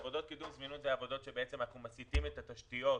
עבודות קידום זמינות הן עבודות שבעצם אנחנו מסיטים את התשתיות